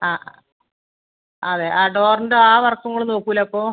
ആ അതെ ആ ഡോറിൻറെ ആ വർക്കും നിങ്ങൾ നോക്കില്ലേ അപ്പോൾ